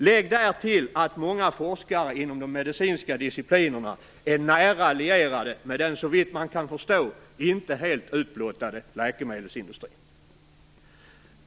Lägg därtill att många forskare inom de medicinska disciplinerna är nära lierade med den såvitt man kan förstå inte helt utblottade läkemedelsindustrin.